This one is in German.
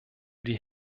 die